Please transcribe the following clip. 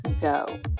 go